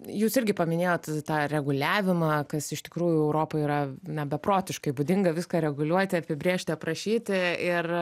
jūs irgi paminėjot tą reguliavimą kas iš tikrųjų europoj yra na beprotiškai būdinga viską reguliuoti apibrėžti aprašyti ir